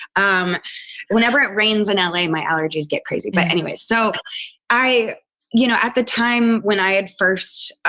um whenever it rains in l a, my allergies get crazy. but anyway, so i you know, at the time when i had first